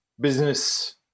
business